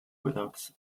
without